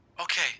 Okay